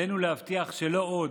עלינו להבטיח שלא עוד.